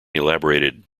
elaborated